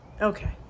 Okay